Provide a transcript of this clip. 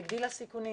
הגדילה סיכונים